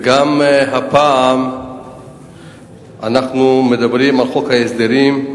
וגם הפעם אנחנו מדברים על חוק ההסדרים,